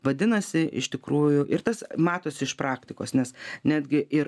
vadinasi iš tikrųjų ir tas matosi iš praktikos nes netgi ir